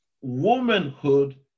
womanhood